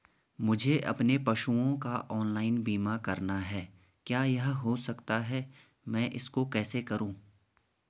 मुझे अपने पशुओं का ऑनलाइन बीमा करना है क्या यह हो सकता है मैं इसको कैसे करूँ?